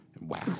Wow